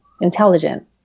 intelligent